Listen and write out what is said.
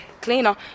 cleaner